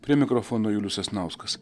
prie mikrofono julius sasnauskas